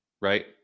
right